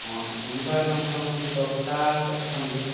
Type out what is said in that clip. ᱥᱳᱱᱤᱵᱟᱨ ᱢᱳᱴᱟ ᱢᱩᱴᱤ ᱫᱚᱥᱴᱟ ᱥᱮᱫ ᱠᱷᱚᱱ ᱜᱮ